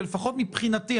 ולפחות מבחינתי,